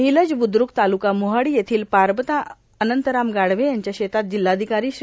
निलज बुद्रुक तालुका मोहाडी येथील पारबता अनतराम गाढवे यांच्या शेतात जिल्हाधिकारी श्री